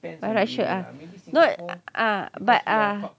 by russia ah no uh but uh